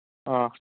ꯑꯥ